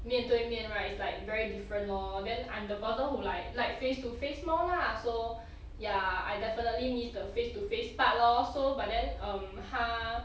面对面 right it's like very different lor then I'm the person who like like face to face more lah so ya I definitely miss the face to face part lor so but then um 他